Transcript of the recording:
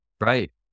Right